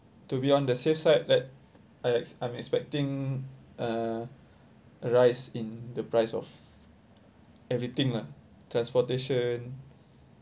to be on the safe side l~ I I'm expecting uh a rise in the price of everything lah transportation